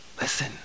listen